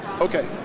Okay